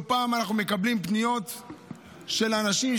לא פעם אנחנו מקבלים פניות של אנשים,